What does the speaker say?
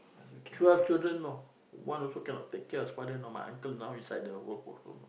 twelve children know one also cannot take care of his father now my uncle now inside the old folks home